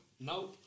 No